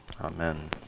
Amen